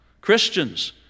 christians